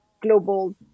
global